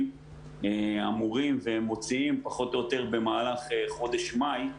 אמורים ומוציאים פחות או יותר במהלך חודש מאי,